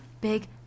big